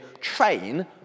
train